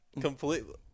Completely